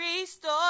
ReStore